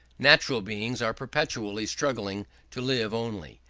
natural beings are perpetually struggling to live only,